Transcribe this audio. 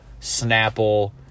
Snapple